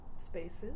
spaces